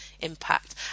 impact